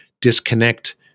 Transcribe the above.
disconnect